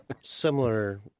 similar